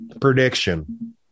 Prediction